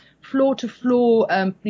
floor-to-floor